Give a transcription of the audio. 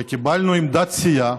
וקיבלנו עמדת סיעה